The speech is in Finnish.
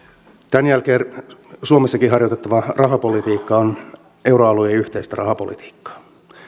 tämän jälkeen suomessakin harjoitettava rahapolitiikka on euroalueen yhteistä rahapolitiikkaa